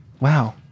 Wow